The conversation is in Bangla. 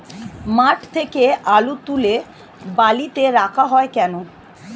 মাঠ থেকে আলু তুলে বালিতে রাখা হয় কেন?